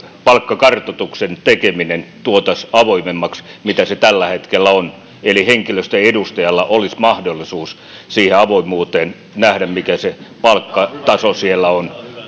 palkkakartoituksen tekeminen tuotaisiin avoimemmaksi kuin se tällä hetkellä on eli henkilöstön edustajalla olisi mahdollisuus siihen avoimuuteen ja nähdä mikä se palkkataso siellä on